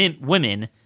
women